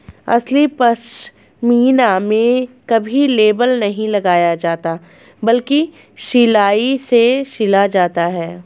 असली पश्मीना में कभी लेबल नहीं लगाया जाता बल्कि सिलाई से सिला जाता है